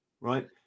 Right